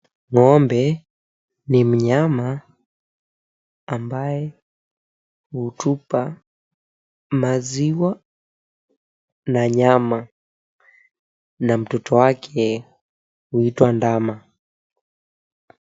Ng'ombe ni mnyama ambaye hutupa maziwa na nyama na mtoto wake huitwa ndama.